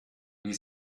wie